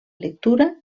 lectura